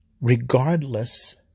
regardless